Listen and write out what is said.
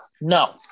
No